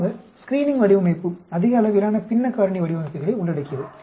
பொதுவாக ஸ்கிரீனிங் வடிவமைப்பு அதிக அளவிலான பின்ன காரணி வடிவமைப்புகளை உள்ளடக்கியது